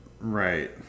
right